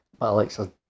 Alexa